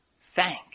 thank